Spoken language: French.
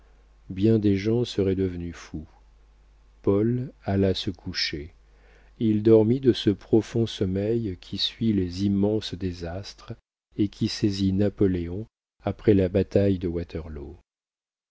bien des gens seraient devenus fous paul alla se coucher il dormit de ce profond sommeil qui suit les immenses désastres et qui saisit napoléon après la bataille de waterloo